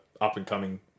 up-and-coming